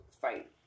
fight